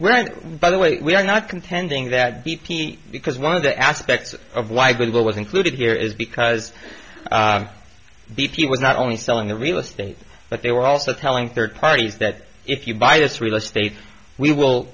right by the way we are not contending that b p because one of the aspects of life bill was included here is because b p was not only selling the real estate but they were also telling third parties that if you buy this real estate we will